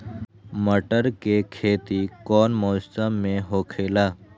मटर के खेती कौन मौसम में होखेला?